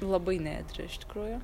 labai neėdri iš tikrųjų